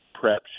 PrEP